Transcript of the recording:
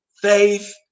faith